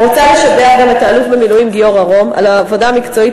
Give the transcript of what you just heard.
אני רוצה לשבח גם את האלוף במילואים גיורא רום על העבודה המקצועית